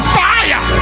fire